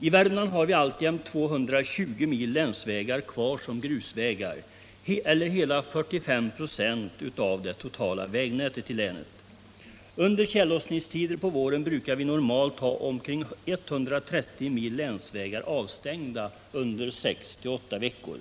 I Värmland har vi alltjämt kvar 220 mil länsvägar som är grusvägar — eller hela 45 26 av det totala vägnätet i länet. Under tjällossningstider på våren brukar vi ha omkring 130 mil. länsvägar avstängda 6-8 veckor.